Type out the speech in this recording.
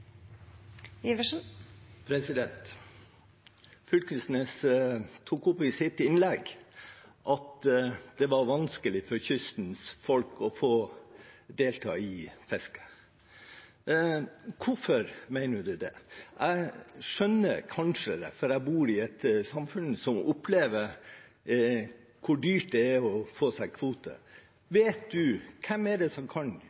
Fylkesnes tok opp i sitt innlegg at det var vanskelig for kystens folk å få delta i fisket. Hvorfor mener du det? Jeg skjønner det kanskje, for jeg bor i et samfunn som opplever hvor dyrt det er å få seg en kvote. Vet du hvem det er som kan